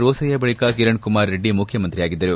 ರೋಸಯ್ಯ ಬಳಿಕ ಕಿರಣ್ ಕುಮಾರ್ ರೆಡ್ಡಿ ಮುಖ್ಯಮಂತ್ರಿಯಾಗಿದ್ದರು